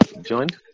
joined